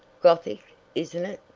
gothic isn't it?